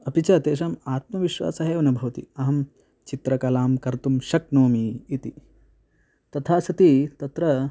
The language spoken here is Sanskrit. अपि च तेषाम् आत्मविश्वासः एव भवति अहं चित्रकलां कर्तुं शक्नोमि इति तथा सति तत्र